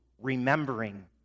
remembering